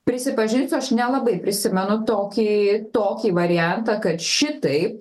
prisipažinsiu aš nelabai prisimenu tokį tokį variantą kad šitaip